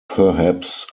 perhaps